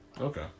Okay